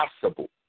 possible